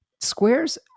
squares